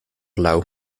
lauw